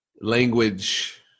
Language